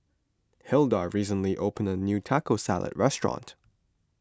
Hilda recently opened a new Taco Salad restaurant